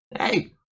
hey